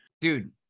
Dude